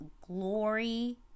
glory